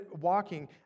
walking